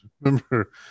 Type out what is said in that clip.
remember